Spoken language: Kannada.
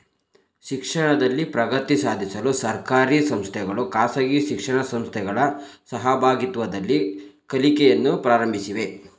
ಶಿಕ್ಷಣದಲ್ಲಿ ಪ್ರಗತಿ ಸಾಧಿಸಲು ಸರ್ಕಾರಿ ಸಂಸ್ಥೆಗಳು ಖಾಸಗಿ ಶಿಕ್ಷಣ ಸಂಸ್ಥೆಗಳ ಸಹಭಾಗಿತ್ವದಲ್ಲಿ ಕಲಿಕೆಯನ್ನು ಪ್ರಾರಂಭಿಸಿವೆ